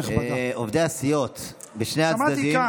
עובדי הסיעות בשני הצדדים,